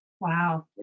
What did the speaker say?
Wow